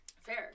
fair